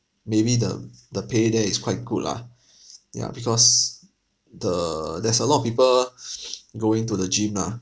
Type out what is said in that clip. maybe the the pay there is quite good lah ya because the there's a lot of people going to the gym lah